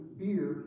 beer